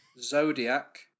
Zodiac